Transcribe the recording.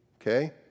okay